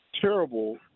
terrible